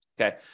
Okay